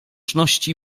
słuszności